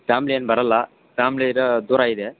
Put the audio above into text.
family ಏನು ಬರಲ್ಲ ಫಾಮ್ಲಿರ ದೂರ ಇದೆ